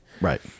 Right